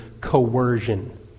coercion